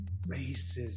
Racism